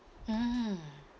mm